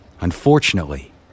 unfortunately